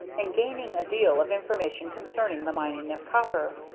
and gaining a deal of information concerning the mining of copper.